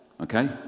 Okay